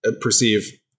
perceive